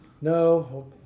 No